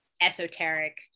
esoteric